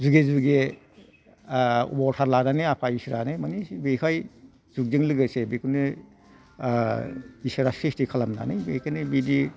जुगे जुगे अबथार लानानै आफा इशोरानो मानि बेहाय जुगजों लोगोसे बिदिनो इशोरा स्रिसथि खालामनानै बेखौनो बिदि